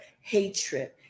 hatred